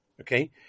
Okay